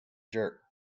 jerk